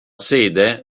sede